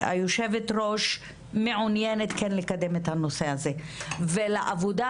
שהיושבת-ראש מעוניינת לקדם את הנושא הזה ולעבודה